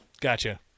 Gotcha